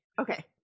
Okay